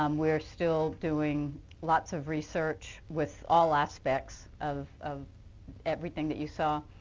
um we're still doing lots of research with all aspects of of everything that you saw.